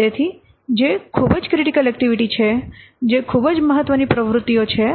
તેથી જે ખૂબ જ ક્રિટિકલ એક્ટિવિટી છે જે ખૂબ મહત્વની પ્રવૃત્તિઓ છે